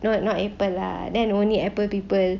no not apple lah then only apple people